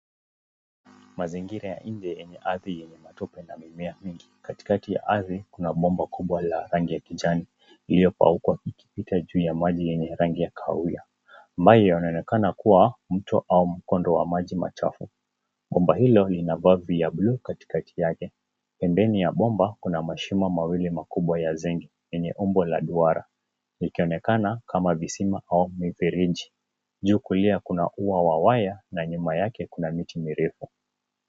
Mazingira ya nje yenye matope na mimea mingi, katikati ya ardhi kuna bomba kubwa la rangi ya kijani, iliyokauka ikipita juu ya maji ya kahawia, ambayo yanaonekana kuwa mto au mkondo wa maji machafu, bomba hilo lina rangi ya buluu katikati yake, pembeni ya bomba kuna mashimo makuwa ya zeni, yenye umbo la duara, ikionekana kama kisima au mfereji, juu kulia kuna ua wa waya, na nyuma yake kuna miti mirefu.